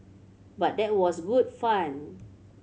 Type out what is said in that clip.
but that was good fun